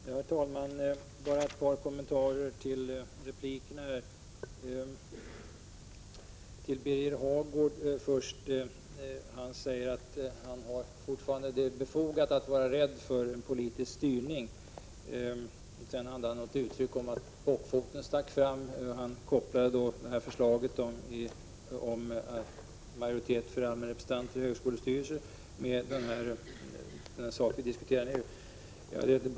Herr talman! Bara ett par kommentarer till replikerna. Birger Hagård säger att det fortfarande är befogat att vara rädd för politisk styrning. Sedan använde han uttrycket att ”bockfoten stack fram”. Förslaget om majoritet för allmänna representanter i högskolestyrelser kopplade han samman med den sak vi diskuterar nu.